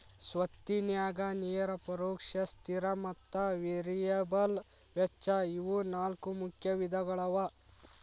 ಸ್ವತ್ತಿನ್ಯಾಗ ನೇರ ಪರೋಕ್ಷ ಸ್ಥಿರ ಮತ್ತ ವೇರಿಯಬಲ್ ವೆಚ್ಚ ಇವು ನಾಲ್ಕು ಮುಖ್ಯ ವಿಧಗಳವ